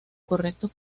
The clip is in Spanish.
correcto